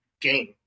game